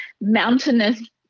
mountainous